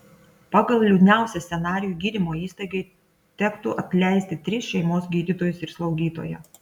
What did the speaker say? pagal liūdniausią scenarijų gydymo įstaigai tektų atleisti tris šeimos gydytojus ir slaugytoją